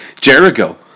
Jericho